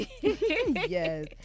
yes